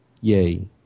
Yay